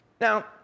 Now